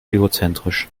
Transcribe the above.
egozentrisch